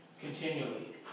continually